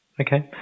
Okay